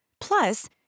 Plus